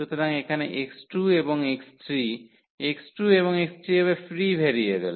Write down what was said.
সুতরাং এখানে x2 এবং x3 x2 এবং x3 হবে ফ্রি ভেরিয়েবল